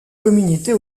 communautés